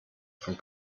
von